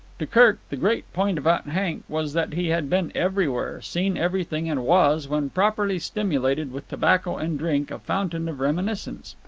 to kirk, the great point about hank was that he had been everywhere, seen everything, and was, when properly stimulated with tobacco and drink, a fountain of reminiscence.